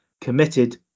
committed